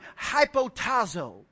hypotazo